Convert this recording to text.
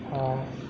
orh